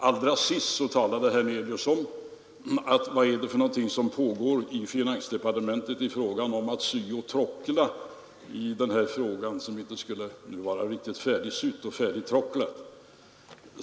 Allra sist undrade herr Hernelius hur man inom finansdepartementet håller på att sy och tråckla denna fråga när det gäller sådant som ännu inte skulle vara riktigt färdigsytt och färdigtråcklat.